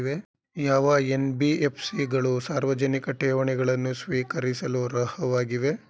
ಯಾವ ಎನ್.ಬಿ.ಎಫ್.ಸಿ ಗಳು ಸಾರ್ವಜನಿಕ ಠೇವಣಿಗಳನ್ನು ಸ್ವೀಕರಿಸಲು ಅರ್ಹವಾಗಿವೆ?